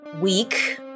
week